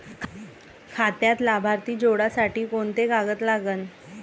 खात्यात लाभार्थी जोडासाठी कोंते कागद लागन?